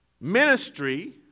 ministry